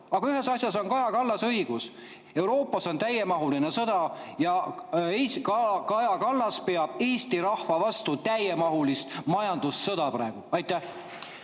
Aga ühes asjas on Kaja Kallasel õigus: Euroopas on täiemahuline sõda. Ja Kaja Kallas peab praegu Eesti rahva vastu täiemahulist majandussõda. Aitäh,